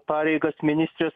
pareigas ministrės